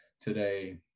today